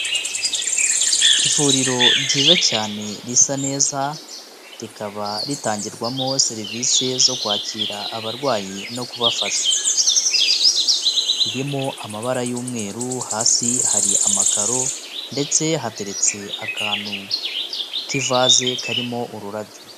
Ivuriro ryiza cyane risa neza, rikaba ritangirwamo serivisi zo kwakira abarwayi no kubafasha. Ririmo amabara y'umweru, hasi hari amakaro, ndetse hateretse akantu k'ivaze, karimo ururabyo.